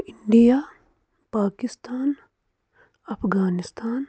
India Pakistan Afghanistan